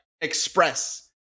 express